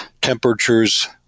temperatures